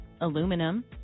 aluminum